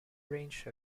range